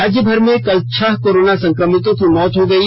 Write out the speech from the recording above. राज्यभर में कल छह कोरोना संक्रमितों की मौत हो गयी